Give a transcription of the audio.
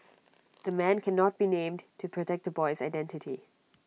the man cannot be named to protect the boy's identity